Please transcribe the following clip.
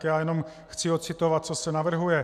Já jenom chci ocitovat, co se navrhuje.